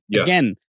again